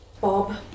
Bob